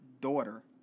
daughter